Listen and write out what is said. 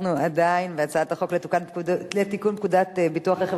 אנחנו עדיין בהצעת החוק לתיקון פקודת ביטוח רכב